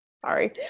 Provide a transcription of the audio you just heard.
sorry